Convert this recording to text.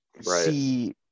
see